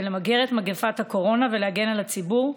למגר את מגפת הקורונה ולהגן על הציבור,